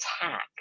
attack